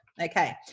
Okay